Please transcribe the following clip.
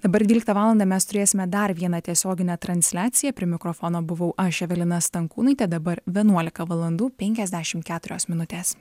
dabar dvyliktą valandą mes turėsime dar vieną tiesioginę transliaciją prie mikrofono buvau aš evelina stankūnaitė dabar vienuolika valandų penkiasdešimt keturios minutes